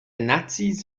nazis